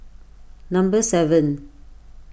number seven